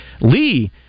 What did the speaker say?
Lee